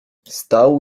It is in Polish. stał